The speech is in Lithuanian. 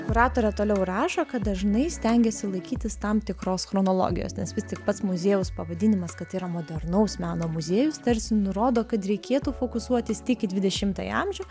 kuratorė toliau rašo kad dažnai stengiasi laikytis tam tikros chronologijos nes vis tik pats muziejaus pavadinimas kad yra modernaus meno muziejus tarsi nurodo kad reikėtų fokusuotis tik į dvidešimąjį amžių